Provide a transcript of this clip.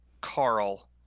Carl